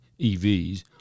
EVs